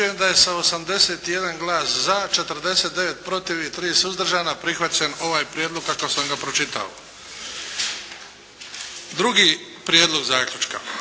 Utvrđujem da je sa 81 glas za, 49 protiv i 3 suzdržana prihvaćen ovaj prijedlog kako sam ga pročitao. Drugi prijedlog zaključka: